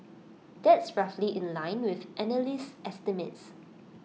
that's roughly in line with analyst estimates